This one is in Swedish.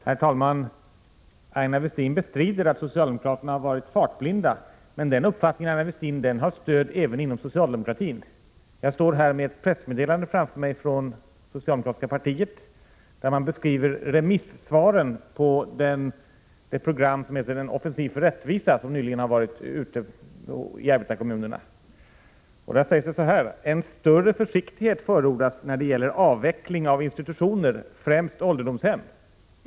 Herr talman! Aina Westin bestrider att socialdemokraterna har varit fartblinda. Men den uppfattningen har stöd även inom socialdemokratin. Jag står här med ett pressmeddelande framför mig från socialdemokratiska partiet, där man beskriver remissvaren på det program som heter En offensiv för rättvisa och som nyligen har varit ute i arbetarkommunerna. Där sägs det så här: En större försiktighet förordas när det gäller avveckling av institutioner, främst ålderdomshem.